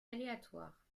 aléatoire